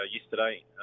yesterday